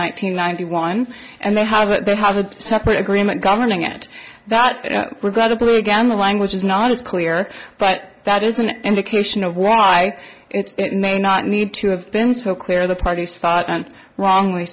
hundred ninety one and they had what they have a separate agreement governing it that regrettably again the language is not as clear but that is an indication of why it's it may not need to have been so clear the parties thought and wrongly